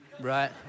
right